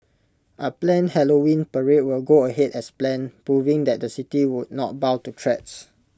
A planned Halloween parade will go ahead as planned proving that the city would not bow to threats